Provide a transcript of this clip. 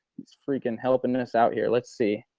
it's freaking helping and us out here. let's see,